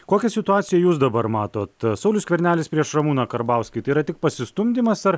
kokią situaciją jūs dabar matot saulius skvernelis prieš ramūną karbauskį tai yra tik pasistumdymas ar